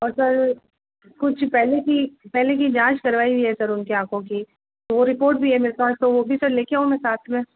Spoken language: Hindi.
और सर कुछ पहले की पहले की जांच करवाई हुई है सर उनकी आँखों की वो रिपोर्ट भी है मेरे पास तो वो भी सर लेके आऊँ मैं साथ में